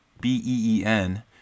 B-E-E-N